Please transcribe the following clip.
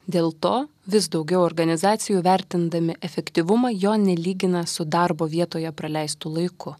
dėl to vis daugiau organizacijų vertindami efektyvumą jo nelygina su darbo vietoje praleistu laiku